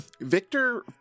Victor